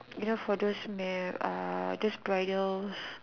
you know for those mail uh those bridals